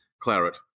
claret